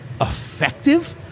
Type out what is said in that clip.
effective